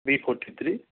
B forty three